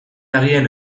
agian